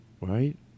Right